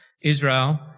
Israel